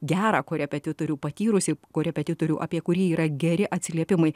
gerą korepetitorių patyrusį korepetitorių apie kurį yra geri atsiliepimai